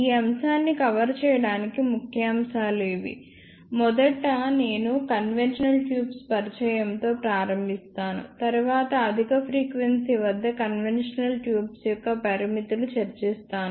ఈ అంశాన్ని కవర్ చేయడానికి ముఖ్యంశాలు ఇవి మొదట నేను కన్వెన్షనల్ ట్యూబ్స్ పరిచయంతో ప్రారంభిస్తాను తరువాత అధిక ఫ్రీక్వెన్సీ వద్ద కన్వెన్షనల్ ట్యూబ్స్ యొక్క పరిమితులు చర్చిస్తాను